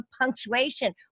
punctuation